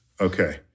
Okay